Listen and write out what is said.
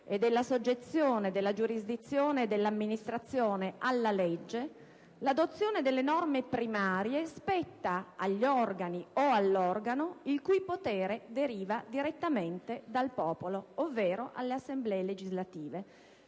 e della soggezione della giurisdizione e dell'amministrazione alla legge, l'adozione delle norme primarie spetta agli organi o all'organo il cui potere deriva direttamente dal popolo», ovvero alle Assemblee legislative.